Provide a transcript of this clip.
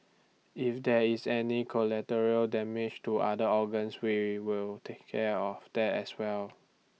if there is any collateral damage to other organs we will take care of that as well